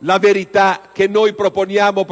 la verità che proponiamo